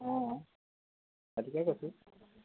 অঁ সেইটোকে কৈছোঁ